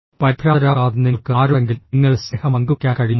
പരിഭ്രാന്തരാകാതെ നിങ്ങൾക്ക് ആരോടെങ്കിലും നിങ്ങളുടെ സ്നേഹം പങ്കുവയ്ക്കാൻ കഴിയുമോ